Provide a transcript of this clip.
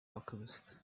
alchemist